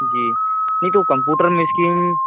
जी नहीं तो कम्प्यूटर में इस्कीन